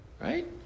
Right